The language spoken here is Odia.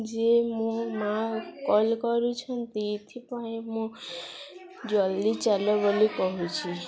ଯିଏ ମୋ ମା' କଲ୍ କରୁଛନ୍ତି ଏଥିପାଇଁ ମୁଁ ଜଲ୍ଦି ଚାଲ ବୋଲି କହୁଛି